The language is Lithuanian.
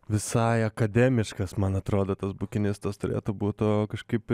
visai akademiškas man atrodo tas bukinistas turėtų būtų kažkaip